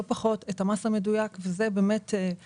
לא פחות אלא את המס המדויק וזאת אבן